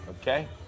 Okay